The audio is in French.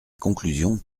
conclusions